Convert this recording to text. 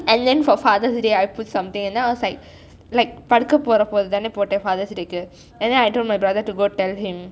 and then for father's day I put something and then I was like like படுக்க போறபோ தான் போட்டேன்:padukka porapo thaan potthen father's day க்கு:ku and then I told my brother to go tell him